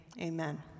amen